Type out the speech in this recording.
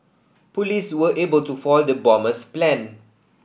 police were able to foil the bomber's plan